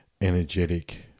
energetic